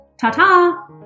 Ta-ta